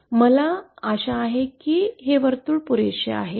मला आशा आहे की हे वर्तुळपुरेसे आहे